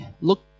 Look